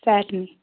سارنٕے